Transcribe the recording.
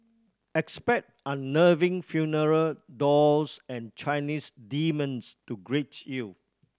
expect unnerving funeral dolls and Chinese demons to greet you